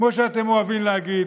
כמו שאתם אוהבים להגיד,